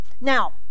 Now